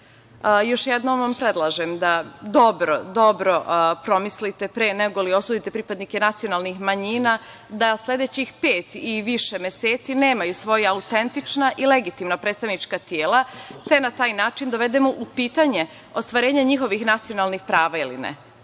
jednom vam predlažem da dobro, dobro promislite pre negoli osudite pripadnike nacionalnih manjina da sledećih pet i više meseci nemaju svoja autentična i legitimna predstavnička tela, te na taj način dovedemo u pitanje ostvarenje njihovih nacionalnih prava ili ne.